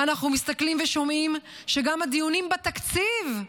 אנחנו מסתכלים ושומעים שגם הדיונים על התקציב,